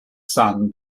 sun